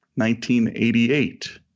1988